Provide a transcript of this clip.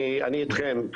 אני איתכם,